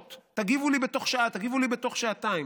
תגיבו לי בתוך שעה, תגיבו לי בתוך שעתיים.